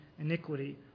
iniquity